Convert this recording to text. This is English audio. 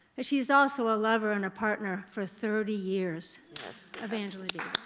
she is also a lover and a partner for thirty years of angela